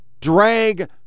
drag